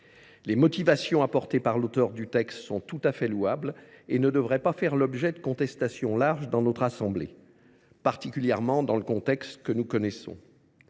Les motivations avancées par l’auteure du texte sont tout à fait louables et ne devraient pas faire l’objet d’une contestation large dans notre assemblée, particulièrement dans le contexte que nous connaissons.